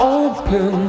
open